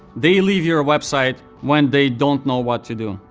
they leave your website when they don't know what to do.